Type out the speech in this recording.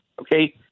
okay